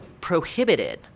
prohibited